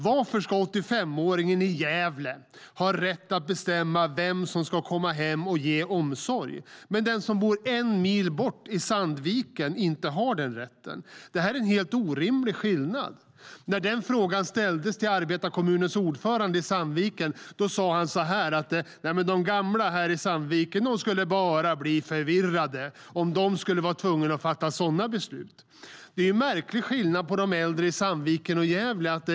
Varför ska 85-åringen i Gävle ha rätt att bestämma vem som ska komma hem och ge omsorg, medan den som bor en mil bort i Sandviken inte har den rätten? Det är en helt orimlig skillnad. När frågan ställdes till arbetarekommunens ordförande i Sandviken sa han: De gamla här i Sandviken skulle bara bli förvirrade om de skulle vara tvungna att fatta sådana beslut! Det är en märklig skillnad mellan de äldre i Sandviken och de äldre i Gävle.